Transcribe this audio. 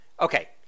Okay